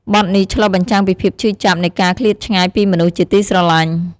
បទនេះឆ្លុះបញ្ចាំងពីភាពឈឺចាប់នៃការឃ្លាតឆ្ងាយពីមនុស្សជាទីស្រឡាញ់។